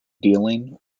dealing